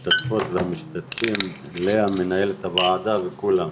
אנחנו מתחילים ישיבה משותפת של ועדת הפנים ביחד עם הוועדה לביטחון פנים.